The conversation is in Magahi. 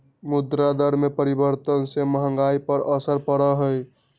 मुद्रा दर में परिवर्तन से महंगाई पर असर पड़ा हई